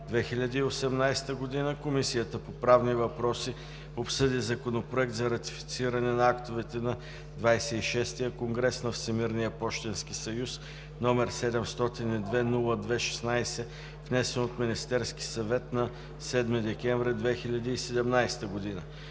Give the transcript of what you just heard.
2018 г., Комисията по правни въпроси обсъди Законопроект за ратифициране на актовете на XXVI конгрес на Всемирния пощенски съюз, № 702-02-16, внесен от Министерския съвет на 7 декември 2017 г.